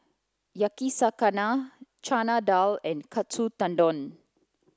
Yakizakana Chana Dal and Katsu Tendon